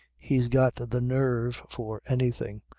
he's got the nerve for anything,